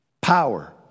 Power